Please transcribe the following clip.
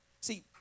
See